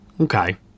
Okay